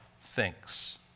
thinks